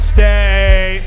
Stay